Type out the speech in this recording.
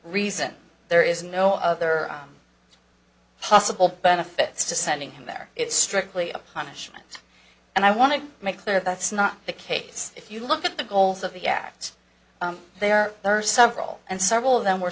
reason there is no other possible benefits to sending him there it's strictly a punishment and i want to make clear that's not the case if you look at the goals of the acts they are there are several and several of them were